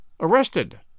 arrested